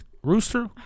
Rooster